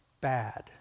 bad